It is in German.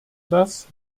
das